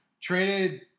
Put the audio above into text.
Traded